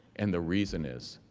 and the reason is,